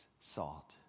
sought